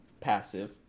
passive